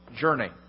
journey